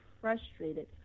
frustrated